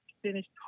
finished